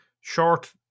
short